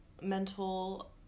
mental